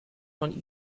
von